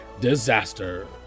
disaster